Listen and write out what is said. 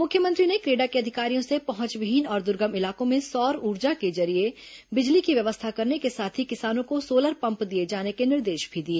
मुख्यमंत्री ने क्रेडा के अधिकारियों से पहुंचविहीन और दुर्गम इलाकों में सौर ऊर्जा के जरिये बिजली की व्यवस्था करने के साथ ही किसानों को सोलर पम्प दिए जाने के निर्देश भी दिए